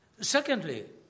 Secondly